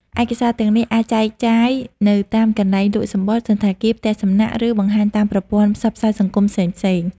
ឯកសារទាំងនេះអាចចែកចាយនៅតាមកន្លែងលក់សំបុត្រ សណ្ឋាគារ ផ្ទះសំណាក់ ឬបង្ហាញតាមប្រព័ន្ធផ្សព្វផ្សាយសង្គមផ្សេងៗ។